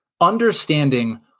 Understanding